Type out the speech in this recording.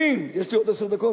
יש לי עוד עשר דקות?